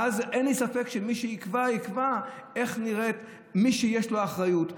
ואז אין לי ספק שמי שיקבע גם יקבע איך נראה מי שיש לו אחריות,